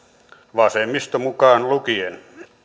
vasemmisto mukaan lukien